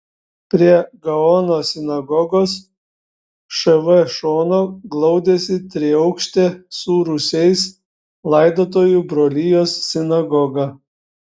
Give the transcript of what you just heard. prie gaono sinagogos šv šono glaudėsi triaukštė su rūsiais laidotojų brolijos sinagoga